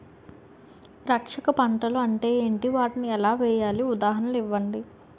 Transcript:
రక్షక పంటలు అంటే ఏంటి? వాటిని ఎలా వేయాలి? ఉదాహరణలు ఇవ్వండి?